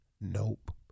Nope